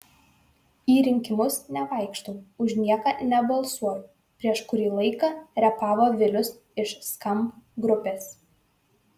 į rinkimus nevaikštau už nieką nebalsuoju prieš kurį laiką repavo vilius iš skamp grupės